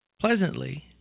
Pleasantly